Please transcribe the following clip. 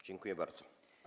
Dziękuję bardzo.